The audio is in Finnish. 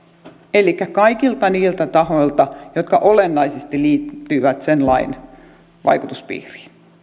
elikkä lausuntoja kaikilta niiltä tahoilta jotka olennaisesti liittyvät sen lain vaikutuspiiriin